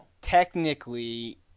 Technically